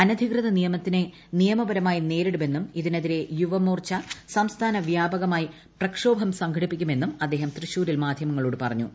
അനധികൃത നിയമനത്തിനെ നിയപരമായി നേരിടുമെന്നും ഇതിനെതിരെ യുവമോർച്ച സംസ്ഥാന വ്യാപകമായി പ്രക്ഷോഭം സംഘടിപ്പിക്കുമെന്നും അദ്ദേഹം തൃശ്ശൂരിൽ മാധ്യമങ്ങളോട് പറഞ്ഞു